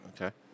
Okay